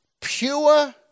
pure